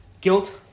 guilt